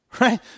right